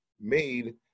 made